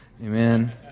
Amen